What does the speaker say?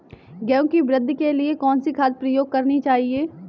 गेहूँ की वृद्धि के लिए कौनसी खाद प्रयोग करनी चाहिए?